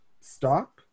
stop